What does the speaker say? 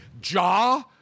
jaw